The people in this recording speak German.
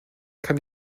kann